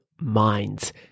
Minds